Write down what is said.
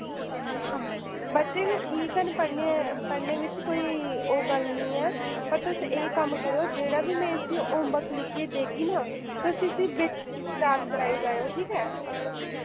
बच्चे बी ठीक न पढ़ने पढ़ने बिच कोई ओह् गल्ल निं ऐ पर तुस एह् कम्म करेओ जेह्ड़ा बी में इस्सी होमवर्क लिखियै देगी ना तुस इस्सी बी याद कराई लैएओ ठीक ऐ